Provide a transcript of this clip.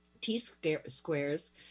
T-squares